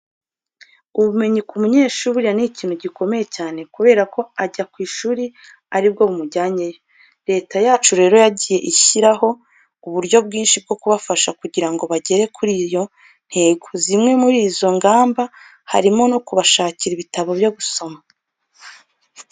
Ubumenyi ku munyeshuri buriya ni ikintu gikomeye cyane kubera ko ajya ku ishuri ari bwo bumujyanyeyo. Leta yacu rero yagiye ishyiraho uburyo bwinshi bwo kubafasha kugira ngo bagere kuri iyo ntego. Zimwe muri izo ngamba harimo no kubashakira ibitabo byo gusoma.